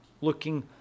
looking